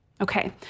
Okay